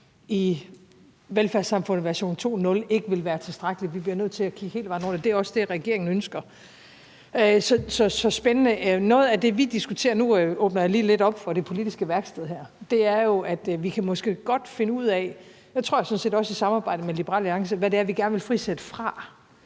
i velfærdssamfundet version 2.0 ikke ville være tilstrækkeligt. Vi bliver nødt til at kigge hele vejen rundt, og det er også det, regeringen ønsker. Så det er spændende. Noget af det, vi diskuterer nu, og nu åbner jeg lige lidt op for det politiske værksted her, er, at vi måske godt kan finde ud af, og det tror jeg sådan set også i samarbejde med Liberal Alliance, hvad det er, vi gerne vil frisætte fra,